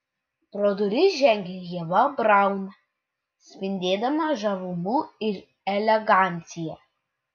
pro duris žengė ieva braun spindėdama žavumu ir elegancija